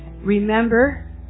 Remember